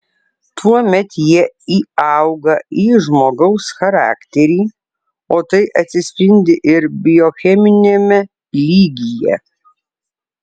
tuomet jie įauga į žmogaus charakterį o tai atsispindi ir biocheminiame lygyje